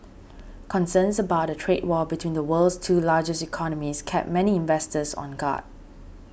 concerns about a trade war between the world's two largest economies kept many investors on guard